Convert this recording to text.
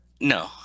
no